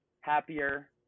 happier